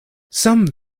some